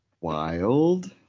wild